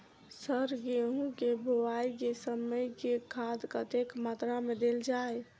Sir गेंहूँ केँ बोवाई केँ समय केँ खाद कतेक मात्रा मे देल जाएँ?